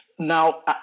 Now